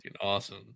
awesome